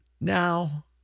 Now